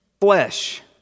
flesh